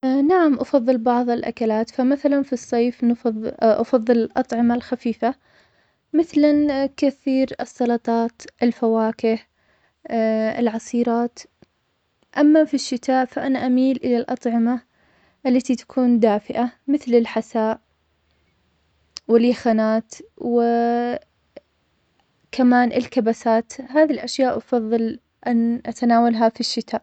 نعم أفضل بعضالأكلات, ف مثلاً في الصيف, أفضل الأطعمة الخفيفة, مثلاً كثير السلطات, الفواكه, العصيرات, أما في الشتاء فأنا أميل إلى الأطعمة, التي تكون دافئة, مثل, الحساء, واليخنات, و كمان الكبسات, هذي الأشياء أفضل أن أتناولها في الشتاء.